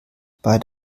bei